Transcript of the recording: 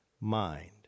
mind